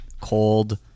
cold